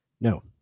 no